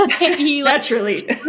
Naturally